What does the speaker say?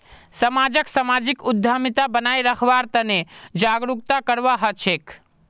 समाजक सामाजिक उद्यमिता बनाए रखवार तने जागरूकता करवा हछेक